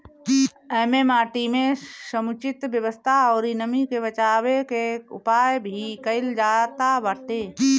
एमे माटी के समुचित व्यवस्था अउरी नमी के बाचावे के उपाय भी कईल जाताटे